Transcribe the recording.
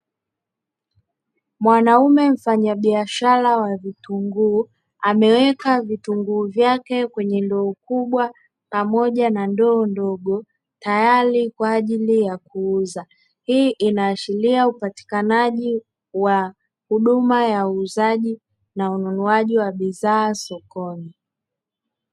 Mwanaume mfanyabiashara wa vitunguu, ameweka vitunguu vyake kwenye ndoo kubwa pamoja na ndoo ndogo, tayari kwa ajili ya kuuza. Hii inaashiria upatikanaji wa huduma ya uuzaji na ununuaji wa bidhaa sokoni.